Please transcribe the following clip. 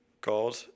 God